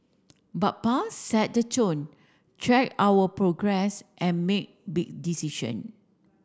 but Pa set the tone tracked our progress and made big decision